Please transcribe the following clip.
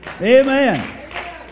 Amen